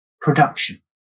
production